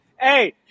Hey